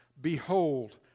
behold